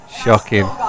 shocking